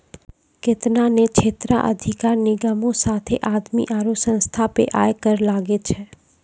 केतना ने क्षेत्राधिकार निगमो साथे आदमी आरु संस्था पे आय कर लागै छै